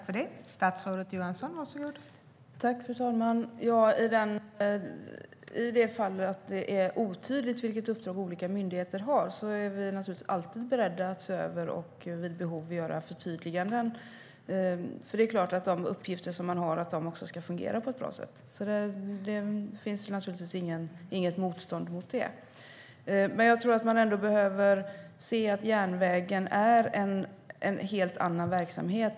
Fru talman! Om det är otydligt vilket uppdrag olika myndigheter har är vi alltid beredda att se över och vid behov göra förtydliganden. Det är klart att de uppgifter man har ska fungera på ett bra sätt. Det finns inte något motstånd mot det. Men jag tror att man behöver se att järnvägen är en helt annan verksamhet.